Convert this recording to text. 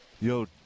Yo